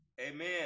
Amen